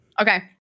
Okay